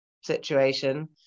situation